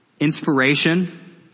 inspiration